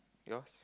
yours